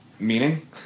Meaning